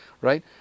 right